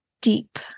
deep